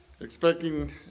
expecting